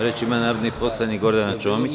Reč ima narodni poslanik Gordana Čomić.